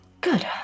Good